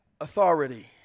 authority